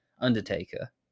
undertaker